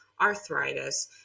arthritis